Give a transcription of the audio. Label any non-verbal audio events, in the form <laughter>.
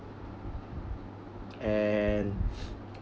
and <noise>